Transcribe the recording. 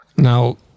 Now